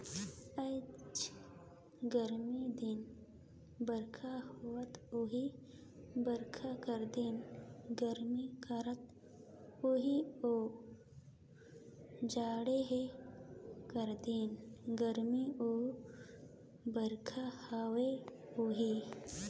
आएज गरमी दिने बरिखा होवत अहे बरिखा कर दिने गरमी करत अहे अउ जड़हा कर दिने गरमी अउ बरिखा होवत अहे